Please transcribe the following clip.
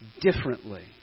differently